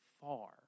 far